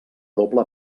doble